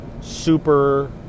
super